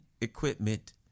equipment